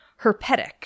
herpetic